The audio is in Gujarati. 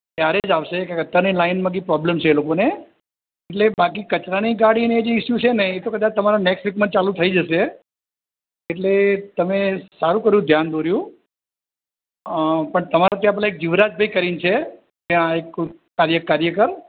ત્યારે જ આવશે કારણ કે અત્યારની લાઈનમાં કંઇક પ્રૉબ્લેમ છે એ લોકોને એટલે બાકી કચરાની ગાડીને એ જે ઈસ્યૂ છે ને એ તો કદાચ તમારા નૅક્સ્ટ વીકમાં ચાલું થઈ જશે એટલે તમે સારું કર્યું ધ્યાન દોર્યું પણ તમારે ત્યાં પેલા એક જીવરાજભાઈ કરીને છે ત્યાં એક કોઈ કાર્યકર